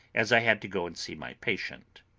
as i had to go and see my patient.